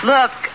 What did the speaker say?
Look